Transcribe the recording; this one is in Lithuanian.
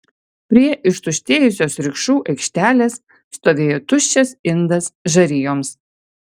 prie ištuštėjusios rikšų aikštelės stovėjo tuščias indas žarijoms